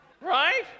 right